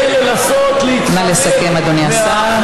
נא לסכם, אדוני השר.